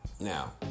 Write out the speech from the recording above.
Now